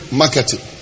marketing